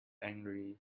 angry